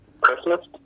Christmas